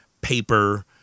paper